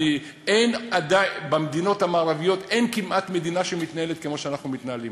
בין המדינות המערביות אין כמעט מדינה שמתנהלת כמו שאנחנו מתנהלים.